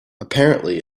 apparently